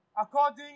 According